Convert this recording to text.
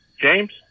James